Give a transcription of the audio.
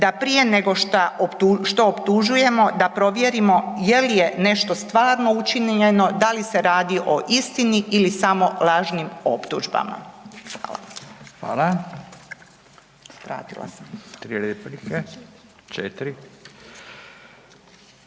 da prije nego što optužujemo da provjerimo je li je nešto stvarno učinjeno, da li se radi o istini ili samo lažnim optužbama. Hvala. **Radin, Furio (Nezavisni)** Hvala. Četiri